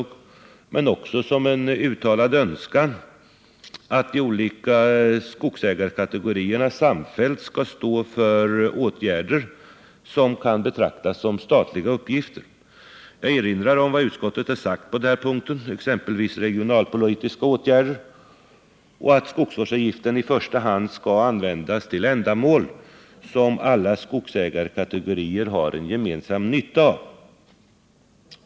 Men det kan också ses som en uttalad önskan om att de olika skogsägarkategorierna samfällt skall stå för åtgärder som kan betraktas som statliga utgifter. Jag erinrar om vad utskottet sagt på den punkten, att man exempelvis kan vidta regionalpolitiska åtgärder och att skogsvårdsavgiften i första hand skall användas till ändamål som alla skogsägarkategorier har gemensam nytta av.